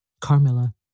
Carmilla